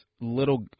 little